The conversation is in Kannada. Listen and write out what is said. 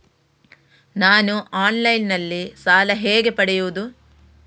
ನಾನು ಆನ್ಲೈನ್ನಲ್ಲಿ ಸಾಲ ಹೇಗೆ ಪಡೆಯುವುದು?